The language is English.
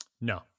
No